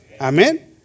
Amen